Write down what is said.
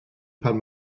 pan